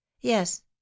yes